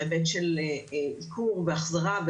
בהיבט של עיקור והחזרה.